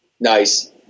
Nice